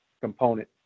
component